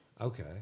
Okay